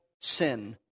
sin